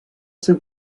seu